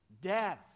death